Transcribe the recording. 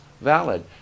Valid